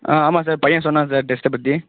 ஆ ஆமாம் சார் பையன் சொன்னான் சார் டெஸ்ட்டை பற்றி